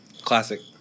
Classic